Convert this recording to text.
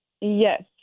Yes